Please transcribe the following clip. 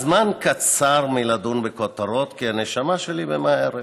/ הזמן קצר מלדון בכותרות, כי הנשמה שלי ממהרת